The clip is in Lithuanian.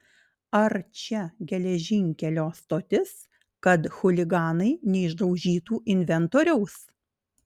ar čia geležinkelio stotis kad chuliganai neišdaužytų inventoriaus